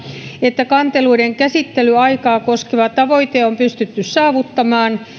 että kanteluiden käsittelyaikaa koskeva tavoite on pystytty saavuttamaan